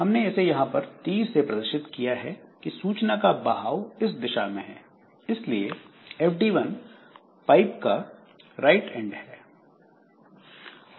हमने इसे यहां पर तीर से प्रदर्शित किया है कि सूचना का बहाव इस दिशा में है इसलिए fd 1 पाइप का राइट एंड है